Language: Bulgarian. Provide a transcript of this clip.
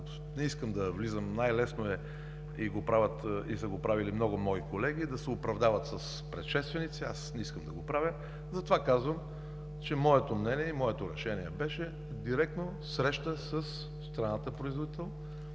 Не искам да влизам, най-лесно е, много мои колеги са го правили – да се оправдават с предшественици. Аз не искам да го правя. Затова казвам, че моето мнение и моето решение беше директно срещата със страната производител,